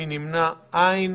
מי נמנע אין.